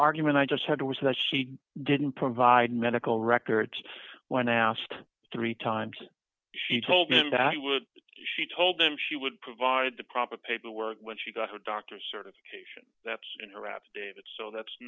argument i just said was that she didn't provide medical records when asked three times she told him that she would she told him she would provide the proper paperwork when she got her doctor's certification that's in harappa david so that's